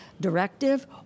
directive